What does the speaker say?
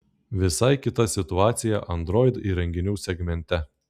visai kita situacija android įrenginių segmente